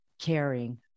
caring